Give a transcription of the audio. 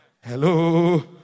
Hello